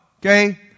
okay